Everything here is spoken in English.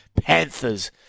Panthers